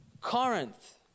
Corinth